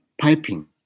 piping